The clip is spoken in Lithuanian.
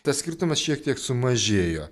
tas skirtumas šiek tiek sumažėjo